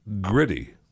Gritty